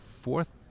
fourth